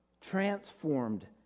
Transformed